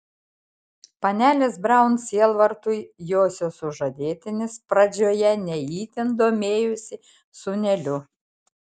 panelės braun sielvartui josios sužadėtinis pradžioje ne itin domėjosi sūneliu